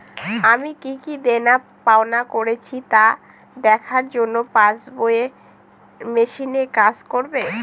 আমি কি কি দেনাপাওনা করেছি তা দেখার জন্য পাসবুক ই মেশিন কাজ করবে?